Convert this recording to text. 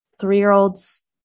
three-year-olds